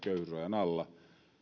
alla